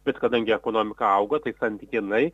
bet kadangi ekonomika auga tai santykinai